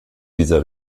dieser